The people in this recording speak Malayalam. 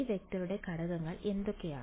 E→ യുടെ ഘടകങ്ങൾ എന്തൊക്കെയാണ്